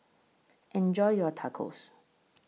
Enjoy your Tacos